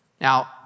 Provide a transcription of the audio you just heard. Now